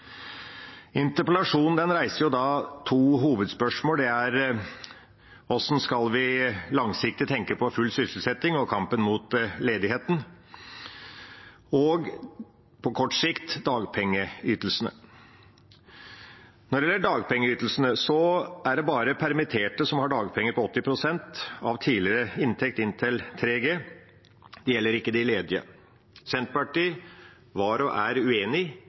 Interpellasjonen reiser to hovedspørsmål. Det er hvordan vi langsiktig skal tenke på full sysselsetting og kampen mot ledigheten, og på kort sikt dagpengeytelsene. Når det gjelder dagpengeytelsene, er det bare permitterte som har dagpenger på 80 pst. av tidligere inntekt inntil 3G. Det gjelder ikke de ledige. Senterpartiet var – og er – uenig